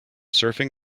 surfing